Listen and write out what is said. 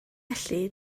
felly